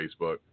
Facebook